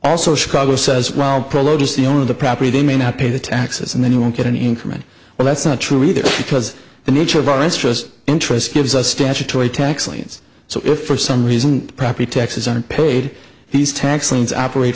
also chicago says well produce the owner of the property they may not pay the taxes and then you won't get an increment well that's not true either because the nature of our interest interest gives us statutory tax liens so if for some reason property taxes aren't paid these tax liens operate